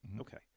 Okay